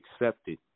accepted